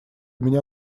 меня